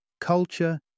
culture